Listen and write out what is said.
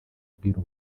bwiru